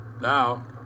Now